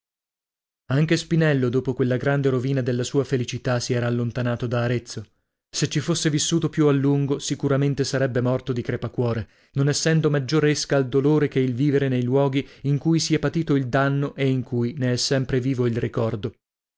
anche spinello dopo quella grande rovina della sua felicità si era allontanato da arezzo se ci fosse vissuto più a lungo sicuramente sarebbe morto di crepacuore non essendo maggior esca al dolore che il vivere nei luoghi in cui si è patito il danno e in cui ne è sempre vivo il ricordo